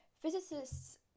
Physicists